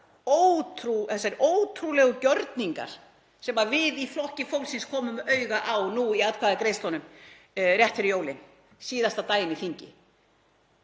ótrúlegu gjörningar sem við í Flokki fólksins komum auga á í atkvæðagreiðslunum rétt fyrir jólin, síðasta daginn í þingi,